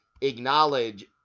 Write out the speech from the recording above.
acknowledge